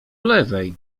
lewej